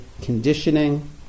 conditioning